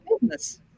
business